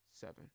seven